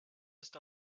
ist